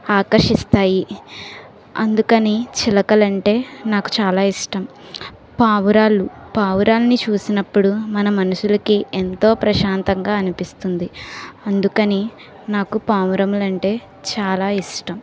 ఆకర్షిస్తాయి అందుకని చిలకలంటే నాకు చాలా ఇష్టం పావురాలు పావురాలని చూసినప్పుడు మన మనుషులకి ఎంతో ప్రశాంతంగా అనిపిస్తుంది అందుకని నాకు పావురాలు అంటే చాలా ఇష్టం